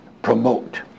promote